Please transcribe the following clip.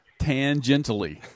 Tangentially